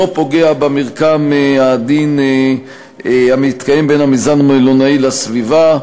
לא פוגע במרקם העדין המתקיים בין המיזם המלונאי לסביבה,